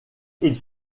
ils